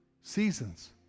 seasons